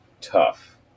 tough